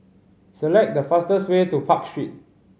select the fastest way to Park Street